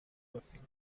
whipping